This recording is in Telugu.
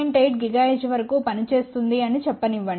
8 GHz వరకు పనిచేస్తుంది అని చెప్పనివ్వండి